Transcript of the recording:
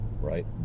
right